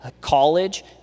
college